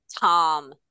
Tom